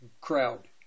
crowd